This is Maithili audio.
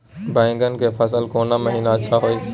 बैंगन के फसल कोन महिना अच्छा होय छै?